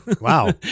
Wow